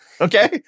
Okay